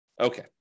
Okay